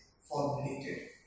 formulated